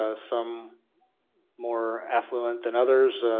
ah some more affluent than others,